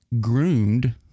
groomed